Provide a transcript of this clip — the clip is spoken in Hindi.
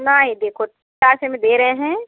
नहीं देखो चार से में दे रहे हैं